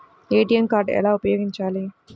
ATM card ఎలా ఉపయోగించాలి?